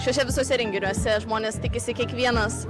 šiuoše visuose renginiuose žmonės tikisi kiekvienas